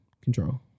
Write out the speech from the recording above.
Control